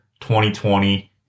2020